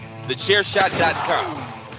TheChairShot.com